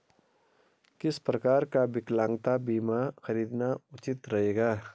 किस प्रकार का विकलांगता बीमा खरीदना उचित रहेगा?